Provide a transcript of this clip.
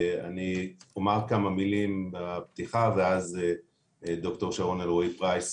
אני אומר כמה מילים בפתיחה ואז ד"ר שרון אלרעי פרייס